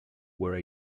were